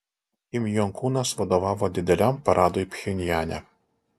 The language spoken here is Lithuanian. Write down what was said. kim jong unas vadovavo dideliam paradui pchenjane